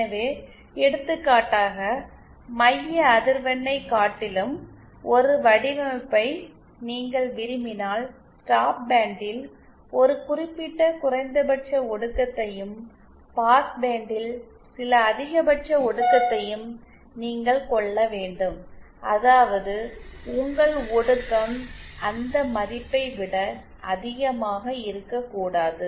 எனவே எடுத்துக்காட்டாக மைய அதிர்வெண்ணைக் காட்டிலும் ஒரு வடிவமைப்பை நீங்கள் விரும்பினால் ஸ்டாப் பேண்டில் ஒரு குறிப்பிட்ட குறைந்தபட்ச ஒடுக்கத்தையும் பாஸ்பேண்டில் சில அதிகபட்ச ஒடுக்கத்தையும் நீங்கள் கொள்ள வேண்டும் அதாவது உங்கள் ஒடுக்கம் அந்த மதிப்பை விட அதிகமாக இருக்க கூடாது